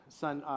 son